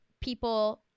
people